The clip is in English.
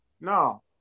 no